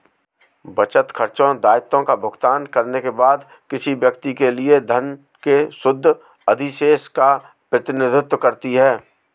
बचत, खर्चों, दायित्वों का भुगतान करने के बाद किसी व्यक्ति के लिए धन के शुद्ध अधिशेष का प्रतिनिधित्व करती है